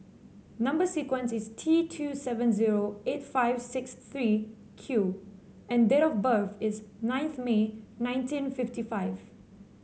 number sequence is T two seven zero eight five six three Q and date of birth is ninth May nineteen fifty five